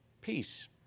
Peace